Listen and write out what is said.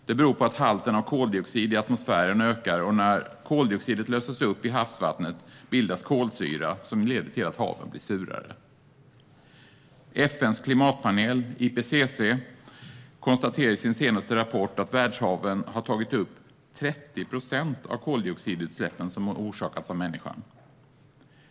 Det beror på att halten av koldioxid i atmosfären ökar, och när koldioxiden löses upp i havsvattnet bildas kolsyra, som gör haven surare. FN:s klimatpanel IPCC konstaterar i sin senaste rapport att världshaven har tagit upp 30 procent av de koldioxidutsläpp som orsakats av människan.